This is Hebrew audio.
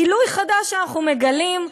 גילוי חדש שאנחנו מגלים,